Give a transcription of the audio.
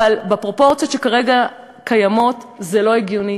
אבל בפרופורציות שכרגע קיימות זה לא הגיוני,